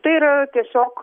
tai yra tiesiog